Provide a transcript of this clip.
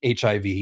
HIV